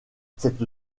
cette